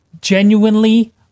genuinely